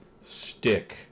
stick